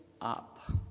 up